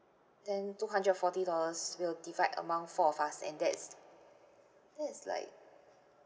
then two hundred forty dollars will divide among four of us and that's that is like